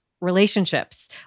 relationships